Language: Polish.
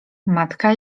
matka